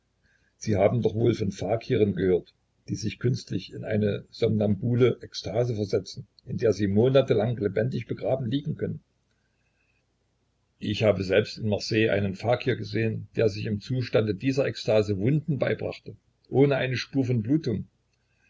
sie haben doch wohl von fakiren gehört die sich künstlich in eine somnambule ekstase versetzen in der sie monate lang lebendig begraben liegen können ich habe selbst in marseille einen fakir gesehen der sich im zustande dieser ekstase wunden beibrachte ohne eine spur von blutung